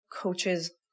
coaches